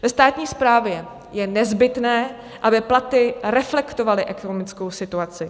Ve státní správě je nezbytné, aby platy reflektovaly ekonomickou situaci.